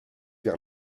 vers